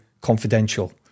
confidential